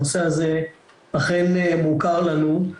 הנושא הזה אכן מוכר לנו,